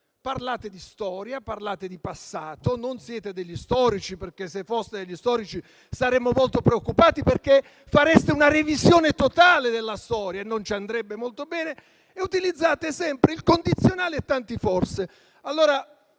Parlate di storia, parlate di passato; non siete degli storici, perché se foste degli storici saremmo molto preoccupati, perché fareste una revisione totale della storia e non ci andrebbe molto bene, e utilizzate sempre il condizionale e tanti «forse».